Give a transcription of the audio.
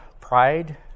pride